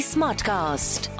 Smartcast